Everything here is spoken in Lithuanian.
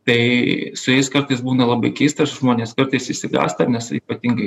tai su jais kartais būna labai keista žmonės kartais išsigąsta nes ypatingais